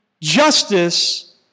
justice